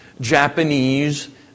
Japanese